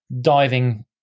diving